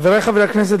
חברי חברי הכנסת,